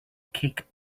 kick